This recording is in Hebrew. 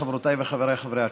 חברותיי וחבריי חברי הכנסת,